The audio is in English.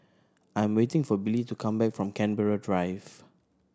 I'm waiting for Billy to come back from Canberra Drive